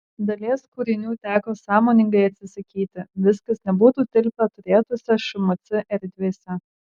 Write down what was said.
dalies kūrinių teko sąmoningai atsisakyti viskas nebūtų tilpę turėtose šmc erdvėse